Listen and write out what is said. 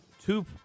two –